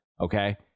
okay